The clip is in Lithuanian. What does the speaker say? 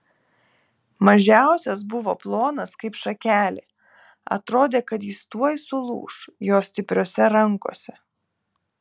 mažiausias buvo plonas kaip šakelė atrodė kad jis tuoj sulūš jo stipriose rankose